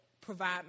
provide